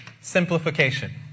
Simplification